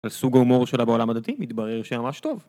סוג הומור שלה בעולם הדתי מתברר שהיא ממש טוב